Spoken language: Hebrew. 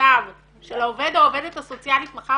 דלתותיו של העובד או העובדת הסוציאלית מחר